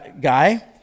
guy